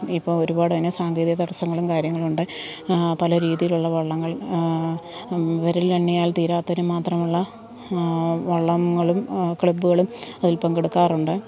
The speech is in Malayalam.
ഇപ്പോള് ഒരുപാട് അതിന് സാങ്കേതിക തടസങ്ങളും കാര്യങ്ങളുമുണ്ട് പല രീതിയിലുള്ള വള്ളങ്ങൾ വിരലിൽ എണ്ണിയാൽ തീരാത്തതിനും മാത്രമുള്ള വള്ളങ്ങളും ക്ലബ്ബുകളും അതിൽ പങ്കെടുക്കാറുണ്ട്